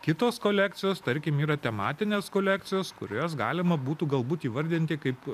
kitos kolekcijos tarkim yra tematinės kolekcijos kurias galima būtų galbūt įvardinti kaip